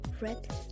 Red